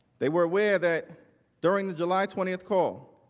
they were aware that during the july twentieth call,